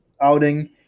outing